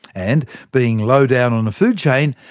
and being low down on the food chain,